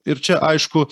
ir čia aišku